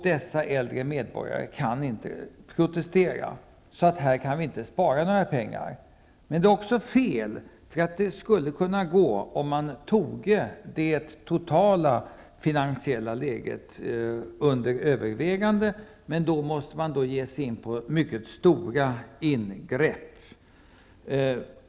Dessa äldre medborgare kan inte protestera. På det området kan vi alltså inte spara några pengar. Men det är också fel att säga att det inte går att rationalisera inom vård och omsorg. Det skulle kunna gå om man toge det totala finansiella läget under övervägande, men då måste man ge sig in på mycket stora ingrepp.